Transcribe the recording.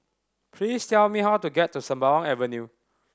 please tell me how to get to Sembawang Avenue